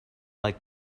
like